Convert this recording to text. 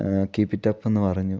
keep it up എന്ന് പറഞ്ഞു